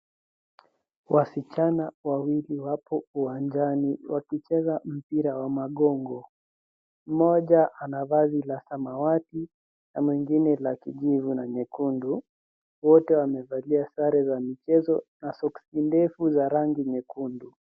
Wasichana wawiki wapo uwanjani wakicheza mpira wa magongo. Mmoja ana shati la samawati, mwingine la kijivu na nyekundu. Wote wamevalia sare za michezo na soksi ndefu za rangi nyekundu.